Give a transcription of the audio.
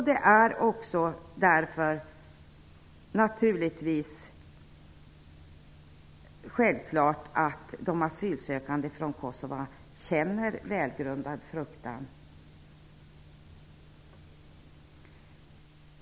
Det är därför självklart att de asylsökande från Kosova känner välgrundad fruktan.